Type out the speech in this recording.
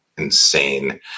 insane